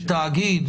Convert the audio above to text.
מתאגיד,